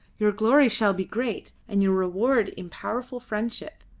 your glory shall be great, and your reward in powerful friendship.